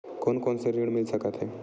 कोन कोन से ऋण मिल सकत हे?